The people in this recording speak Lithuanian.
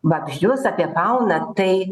vabzdžius apie fauną tai